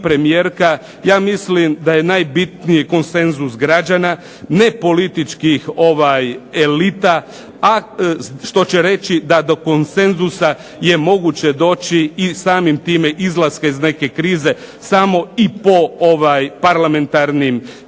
ja mislim da je najbitniji konsenzus građana, ne političkih elita, a što će reći da do konsenzusa je moguće doći i samim time izlaska iz neke krize samo i po parlamentarnim izborima.